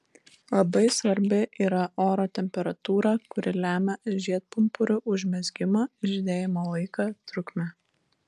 labai svarbi yra oro temperatūra kuri lemia žiedpumpurių užmezgimą žydėjimo laiką trukmę